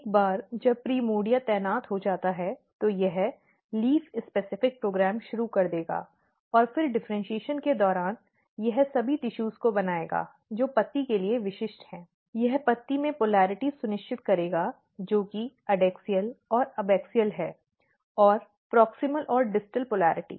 एक बार जब प्राइमर्डिया तैनात हो जाता है तो यह पत्ती विशिष्ट कार्यक्रम शुरू कर देगा और फिर डिफ़र्इन्शीएशन के दौरान यह सभी ऊतकों को बनाएगा जो पत्ती के लिए विशिष्ट हैं यह पत्ती में ध्रुवीयता सुनिश्चित करेगा जो कि एडैक्सियल और अबैक्सियल है और प्रॉक्सिमल और डिस्टल पोलरिटी